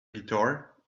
guitar